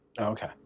Okay